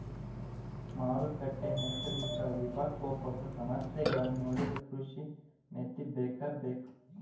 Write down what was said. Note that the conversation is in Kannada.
ಮಾರುಕಟ್ಟೆ, ನೈಸರ್ಗಿಕ ವಿಪಕೋಪದ ಸಮಸ್ಯೆಗಳನ್ನಾ ನೊಡಿದ್ರ ಕೃಷಿ ನೇತಿ ಬೇಕಬೇಕ